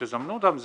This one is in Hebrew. תזמנו אותם,